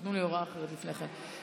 נתנו לי הוראה אחרת לפני כן.